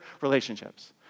relationships